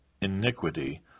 iniquity